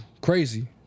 Crazy